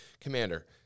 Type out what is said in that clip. commander